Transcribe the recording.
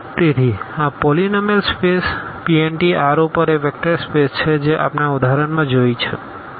તેથી આ polynomial space Pn R ઉપર એ વેક્ટર સ્પેસ છે જે આપણે આ ઉદાહરણમાં જોઇ છે